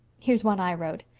here's one i wrote.